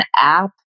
app